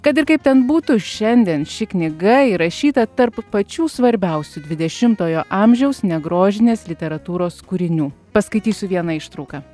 kad ir kaip ten būtų šiandien ši knyga įrašyta tarp pačių svarbiausių dvidešimtojo amžiaus negrožinės literatūros kūrinių paskaitysiu vieną ištrauką